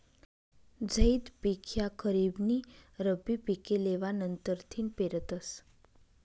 झैद पिक ह्या खरीप नी रब्बी पिके लेवा नंतरथिन पेरतस